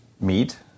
meat